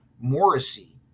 Morrissey